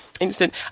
instant